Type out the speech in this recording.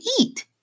eat